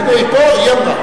הנה היא פה, היא אמרה.